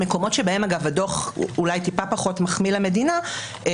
המקומות שבהם הדוח אולי טיפה פחות מחמיא למדינה הם